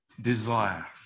desire